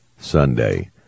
Sunday